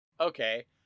Okay